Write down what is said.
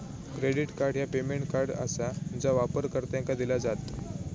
credit card ह्या payment card आसा जा वापरकर्त्यांका दिला जात